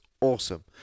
awesome